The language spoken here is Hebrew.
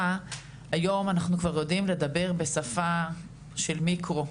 היום אנחנו כבר יודעים לדבר בשפה של מיקרו.